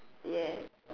ya